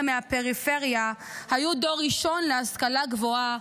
מהפריפריה היו דור ראשון להשכלה גבוהה,